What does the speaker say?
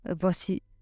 Voici